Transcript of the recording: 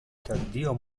tardío